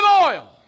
oil